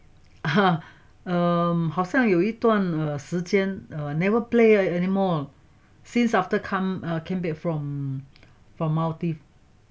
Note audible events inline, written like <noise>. <noise> um 好像有一段时间 err never play anymore since after came back from maldives